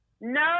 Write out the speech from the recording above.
No